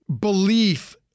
belief